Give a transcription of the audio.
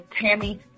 Tammy